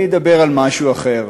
אני אדבר על משהו אחר.